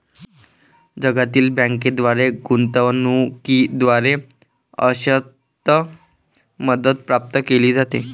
जागतिक बँकेद्वारे गुंतवणूकीद्वारे अंशतः मदत प्राप्त केली जाते